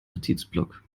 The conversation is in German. notizblock